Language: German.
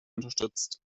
unterstützt